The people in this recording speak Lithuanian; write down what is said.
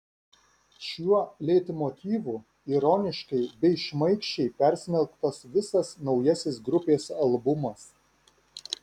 šiuo leitmotyvu ironiškai bei šmaikščiai persmelktas visas naujasis grupės albumas